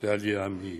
גם העלייה מאתיופיה.